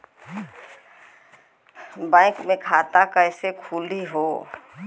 Bank मे खाता कईसे खुली हो?